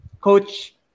Coach